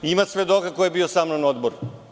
Ima svedoka ko je bio samnom na odboru.